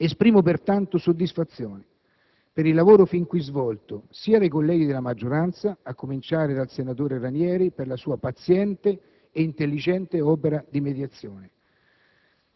Esprimo pertanto soddisfazione per il lavoro fin qui svolto sia dai colleghi della maggioranza, a cominciare dal senatore Ranieri, per la sua paziente e intelligente opera di mediazione,